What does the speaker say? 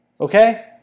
Okay